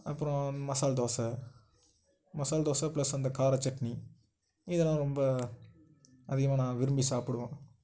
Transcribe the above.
அப்புறம் மசால் தோசை மசால் தோசை ப்ளஸ் அந்த காரச் சட்னி இதெல்லாம் ரொம்ப அதிகமாக நான் விரும்பி சாப்பிடுவோம்